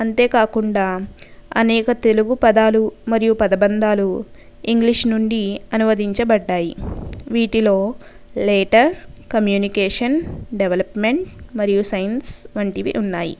అంతేకాకుండా అనేక తెలుగు పదాలు మరియు పదభందాలు ఇంగ్లీషు నుండి అనువదించబడ్డాయి వీటిలో లేటర్ కమ్మ్యూనికేషన్ డెవలప్మెంట్ మరియు సైన్స్ వంటివి ఉన్నాయి